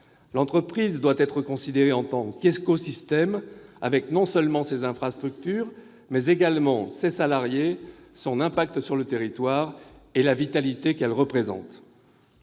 L'entreprise doit être considérée en tant qu'écosystème, avec non seulement ses infrastructures, mais également ses salariés, son impact sur le territoire et la vitalité qu'elle représente.